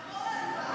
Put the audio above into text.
נעבור להצבעה.